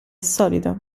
solido